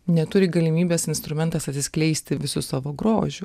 neturi galimybės instrumentas atsiskleisti visu savo grožiu